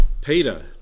Peter